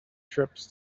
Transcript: trips